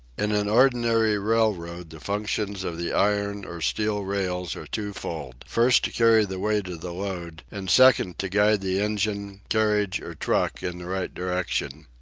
in an ordinary railroad the functions of the iron or steel rails are twofold, first to carry the weight of the load, and second to guide the engine, carriage or truck in the right direction.